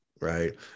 right